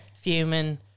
Fuming